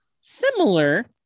similar